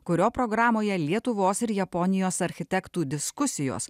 kurio programoje lietuvos ir japonijos architektų diskusijos